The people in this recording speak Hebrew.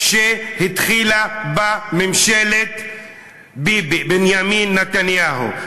שהתחילה בו ממשלת בנימין נתניהו.